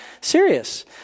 serious